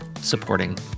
supporting